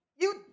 You-